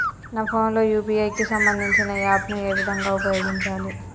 నా ఫోన్ లో యూ.పీ.ఐ కి సంబందించిన యాప్ ను ఏ విధంగా ఉపయోగించాలి?